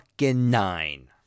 nine